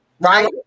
Right